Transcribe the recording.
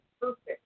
perfect